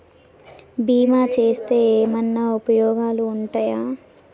బీమా చేస్తే ఏమన్నా ఉపయోగాలు ఉంటయా?